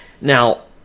Now